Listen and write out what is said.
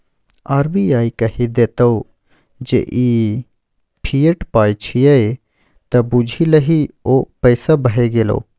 RBI कहि देतौ जे ई फिएट पाय छियै त बुझि लही ओ पैसे भए गेलै